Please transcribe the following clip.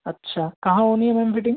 अच्छा कहाँ होनी है मैम फिटिंग